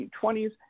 1920s